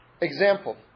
Example